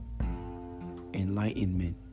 enlightenment